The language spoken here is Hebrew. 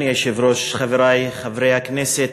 אדוני היושב-ראש, חברי חברי הכנסת,